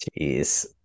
Jeez